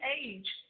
age